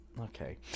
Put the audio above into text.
Okay